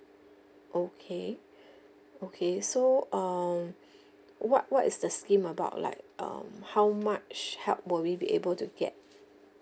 okay okay so um what what is the scheme about like um how much help will we be able to get